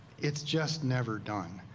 it's just never done.